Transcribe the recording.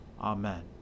Amen